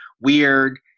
weird